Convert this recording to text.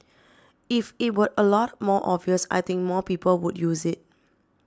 if it were a lot more obvious I think more people would use it